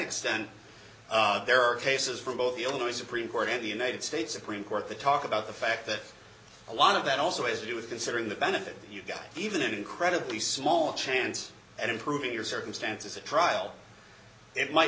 extent there are cases from both the illinois supreme court and the united states supreme court to talk about the fact that a lot of that also has to do with considering the benefit you've got even an incredibly small chance at improving your circumstances at trial it might